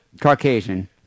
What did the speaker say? Caucasian